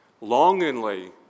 longingly